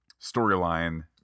storyline